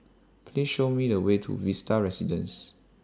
Please Show Me The Way to Vista Residences